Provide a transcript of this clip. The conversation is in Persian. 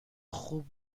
خوب